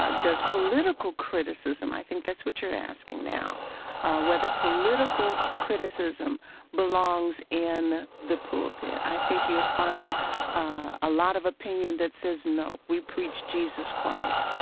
ah does political criticism i think that's what you're asking now whether political criticism belongs in the pulpit. i think you'll find a lot of opinion that says, no. we preach jesus christ,